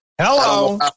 Hello